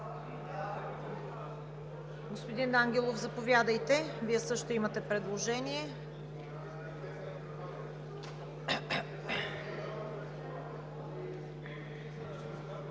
Господин Ангелов, заповядайте, Вие също имате предложение.